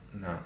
No